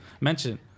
mention